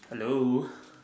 hello